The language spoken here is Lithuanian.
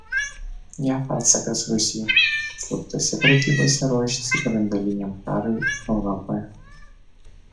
jav atsakas rusijai slaptose pratybose ruošėsi branduoliniam karui europoje